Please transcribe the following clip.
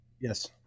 yes